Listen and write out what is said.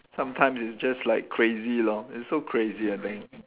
sometimes it's just like crazy lor it's so crazy I think